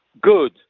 Good